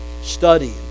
study